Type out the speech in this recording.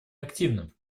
активным